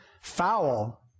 Foul